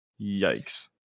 Yikes